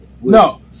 No